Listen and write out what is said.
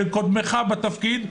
של קודמך בתפקיד,